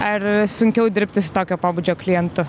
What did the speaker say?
ar sunkiau dirbti su tokio pobūdžio klientu